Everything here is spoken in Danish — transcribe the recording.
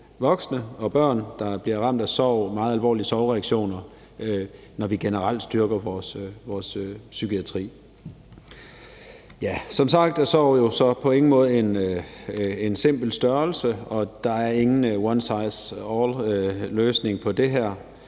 voksne og børn, der bliver ramt af sorg og meget alvorlige sorgreaktioner, når vi generelt styrker vores psykiatri. Som sagt er sorg jo så på ingen måde en simpel størrelse, og der er ingen one size fits all-løsning på det her,